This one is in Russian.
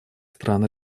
стран